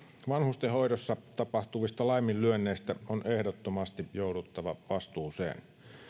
vanhustenhoidossa tapahtuvista laiminlyönneistä on ehdottomasti jouduttava vastuuseen